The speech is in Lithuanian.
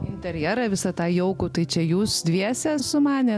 interjerą visą tą jaukų tai čia jūs dviese sumanė